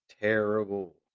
terrible